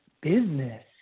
business